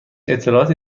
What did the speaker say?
اطلاعاتی